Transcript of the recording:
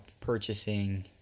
purchasing